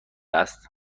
است